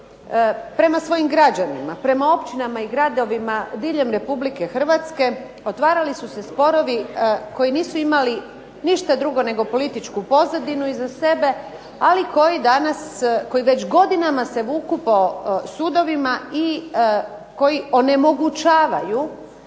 prema svojim građanima, prema općinama i gradovima diljem Republike Hrvatske otvarali su se sporovi koji nisu imali ništa drugo nego političku pozadinu iza sebe, ali koji danas, koji već godinama se vuku po sudovima i koji onemogućavaju